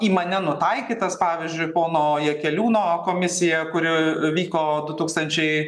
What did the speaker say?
į mane nutaikytas pavyzdžiui pono jakeliūno komisija kuri vyko du tūkstančiai